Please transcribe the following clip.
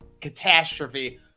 catastrophe